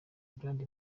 brand